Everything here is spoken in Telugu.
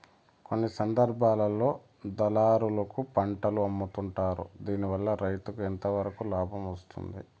కొన్ని సందర్భాల్లో దళారులకు పంటలు అమ్ముతుంటారు దీనివల్ల రైతుకు ఎంతవరకు లాభం వస్తుంది?